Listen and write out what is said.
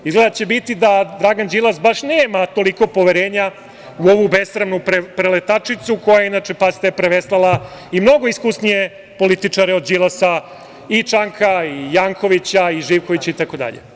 Izgleda da će biti da Dragan Đilas baš nema toliko poverenja u ovu besramnu preletačicu koja je, inače, pazite, preveslala i mnogo iskusnije političare od Đilasa i Čanka i Jankovića i Živkovića itd.